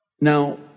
Now